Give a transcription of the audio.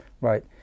right